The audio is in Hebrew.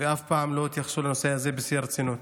ואף פעם לא התייחסו לנושא הזה בשיא הרצינות.